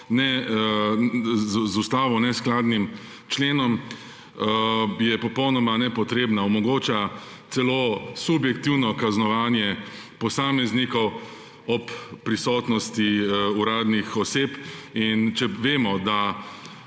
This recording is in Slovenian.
z ustavo neskladnim členom, je popolnoma nepotrebna. Omogoča celo subjektivno kaznovanje posameznikov ob prisotnosti uradnih oseb. Če vemo, da